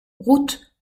route